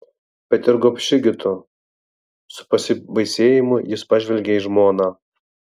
bet ir gobši gi tu su pasibaisėjimu jis pažvelgė į žmoną